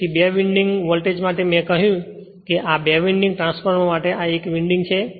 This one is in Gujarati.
તેથી બે વિન્ડિંગ વોલ્ટેજ માટે મેં કહ્યું કે આ બે વિન્ડિંગ ટ્રાન્સફોર્મર માટે આ 1 વિન્ડિંગ છે